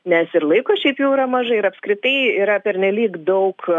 nes ir laiko šiaip jau yra mažai ir apskritai yra pernelyg daug